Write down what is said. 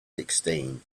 sixteen